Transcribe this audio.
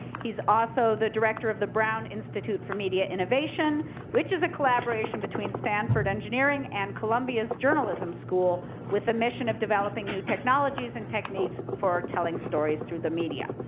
he is also the director of the brown institute for media innovation which is a collaboration between stanford engineering and columbia's journalism school with a mission of developing new technology, and techniques for telling stories through the media.